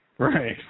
Right